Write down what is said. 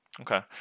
Okay